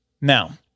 Now